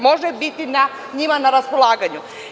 Može biti njima na raspolaganju.